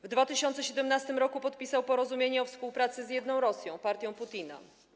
W 2017 r. podpisał porozumienie o współpracy z Jedną Rosją, partią Putina.